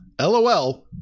LOL